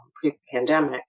pre-pandemic